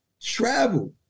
travel